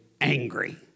angry